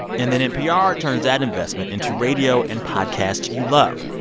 and then npr turns that investment into radio and podcasts you love,